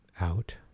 out